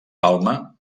palma